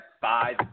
five